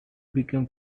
became